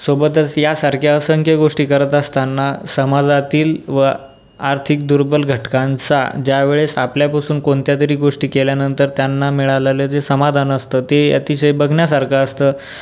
सोबतच यासारख्या असंख्य गोष्टी करत असताना समाजातील व आर्थिक दुर्बल घटकांचा ज्या वेळेस आपल्यापासून कोणत्या तरी गोष्टी केल्यानंतर त्यांना मिळालेले जे समाधान असतं ते अतिशय बघण्यासारखं असतं